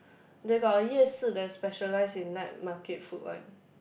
they got 夜市 that specialize in night market food one